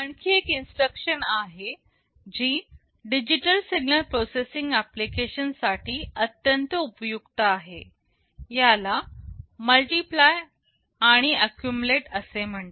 आणखी एक इन्स्ट्रक्शन आहे जी डिजिटल सिग्नल प्रोसेसिंग एप्लीकेशन्स साठी अत्यंत उपयुक्त आहे याला मल्टिप्लाय आणि एक्यूमलेट असे म्हणतात